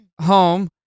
home